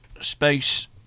space